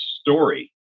story